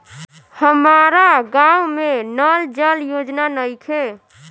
हमारा गाँव मे नल जल योजना नइखे?